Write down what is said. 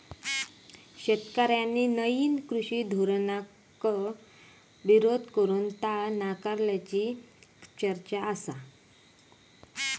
शेतकऱ्यांनी नईन कृषी धोरणाक विरोध करून ता नाकारल्याची चर्चा आसा